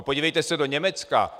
Podívejte se do Německa.